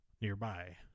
nearby